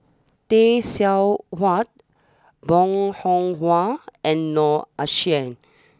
Tay Seow Huah Bong Hiong Hwa and Noor Aishah